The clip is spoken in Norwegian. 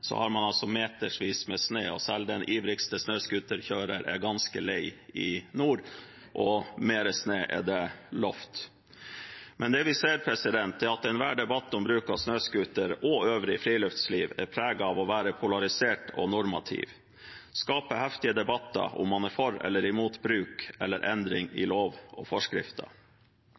har man altså metervis med snø – og selv den ivrigste snøscooterkjører er ganske lei – i nord, og mer snø er det lovet. Men det vi ser, er at enhver debatt om bruk av snøscooter og øvrig friluftsliv er preget av å være polarisert og normativ. Det skapes heftige debatter om hvorvidt man er for eller mot bruk eller endring i lov og forskrifter.